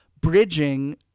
bridging